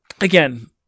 Again